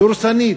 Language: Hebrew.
דורסנית,